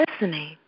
listening